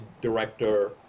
director